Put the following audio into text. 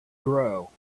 grow